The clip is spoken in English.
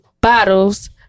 Bottles